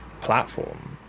platform